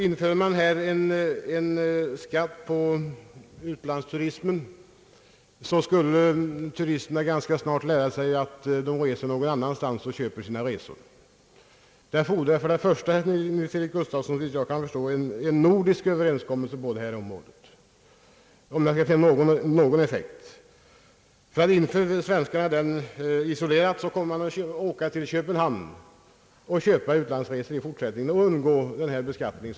Inför man en skatt på utlandsturismen skulle turisterna ganska snart lära sig att köpa sina resor i något annat land. Skall det bli någon effekt, fordras, herr Gustafsson, för det första en nordisk överenskommelse på området. Skulle vi isolerat införa en sådan skatt, kommer de svenska turisterna bara att åka till Köpenhamn och där köpa sina utlandsresor i fortsättningen för att undgå denna svenska beskattning.